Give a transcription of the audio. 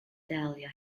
delia